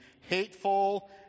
hateful